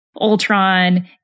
Ultron